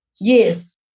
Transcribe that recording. Yes